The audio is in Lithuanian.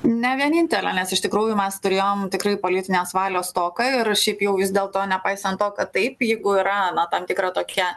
ne vienintelė nes iš tikrųjų mes turėjom tikrai politinės valios stoką ir šiaip jau vis dėlto nepaisant to kad taip jeigu yra na tam tikra tokia